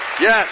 Yes